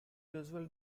usual